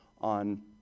on